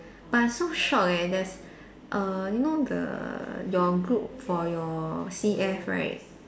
but I so shocked eh there's err you know the your group for your C_F right